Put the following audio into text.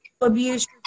abuse